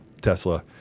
Tesla